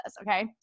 Okay